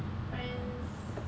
friends